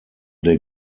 der